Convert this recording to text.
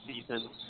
season